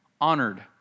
honored